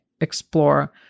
explore